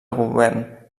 govern